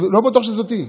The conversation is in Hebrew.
עכשיו, לא בטוח שזאת היא.